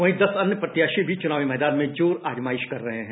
वहीं दस अन्य प्रत्याशी भी चुनावी मैदान में जोर आजमाइश कर रहे हैं